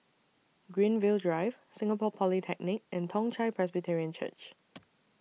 Greenfield Drive Singapore Polytechnic and Toong Chai Presbyterian Church